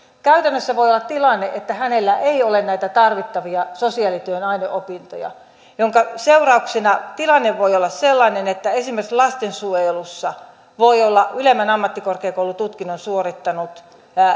käytännössä voi olla tilanne että hänellä ei ole näitä tarvittavia sosiaalityön aineopintoja minkä seurauksena tilanne voi olla sellainen että esimerkiksi lastensuojelussa voi olla ylemmän ammattikorkeakoulututkinnon suorittanut